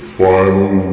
final